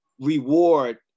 reward